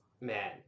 man